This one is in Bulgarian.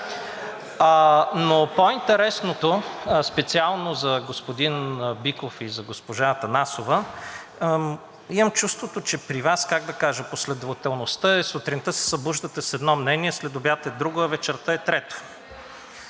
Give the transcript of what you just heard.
Но по-интересното, специално за господин Биков и за госпожа Атанасова, имам чувството, че при Вас, как да кажа, последователността е – сутринта се събуждате с едно мнение, след обяд е друго, а вечерта е трето,